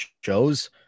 shows